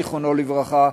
זיכרונו לברכה,